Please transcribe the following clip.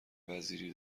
وزیری